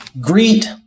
greet